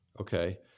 Okay